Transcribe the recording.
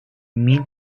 mil